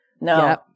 No